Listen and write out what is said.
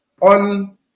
on